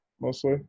mostly